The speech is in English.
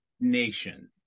Nation